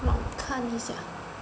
看一下